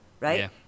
Right